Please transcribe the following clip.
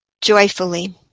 joyfully